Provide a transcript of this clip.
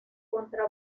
contra